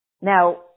Now